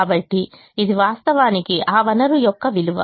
కాబట్టి ఇది వాస్తవానికి ఆ వనరు యొక్క విలువ